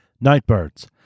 Nightbirds